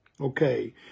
Okay